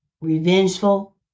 revengeful